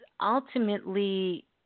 ultimately